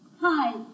Hi